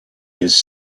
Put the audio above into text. his